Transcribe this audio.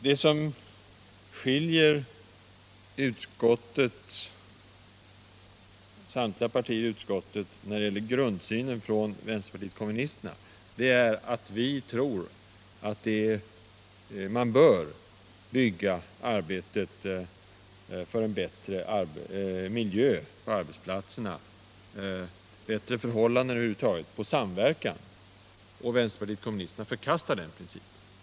Det som skiljer samtliga partier i utskottet från vänsterpartiet kommunisterna när det gäller grundsynen är att vi tror att man bör bygga arbetet för bättre förhållanden på arbetsplatserna på samverkan. Vänsterpartiet kommunisterna förkastar den principen.